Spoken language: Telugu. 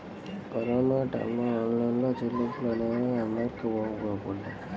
కరోనా టైయ్యంలో ఆన్లైన్ చెల్లింపులు అనేవి అందరికీ బాగా ఉపయోగపడ్డాయి